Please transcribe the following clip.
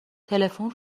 تلفن